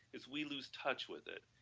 is we lose touch with it,